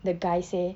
the guy say